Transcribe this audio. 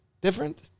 different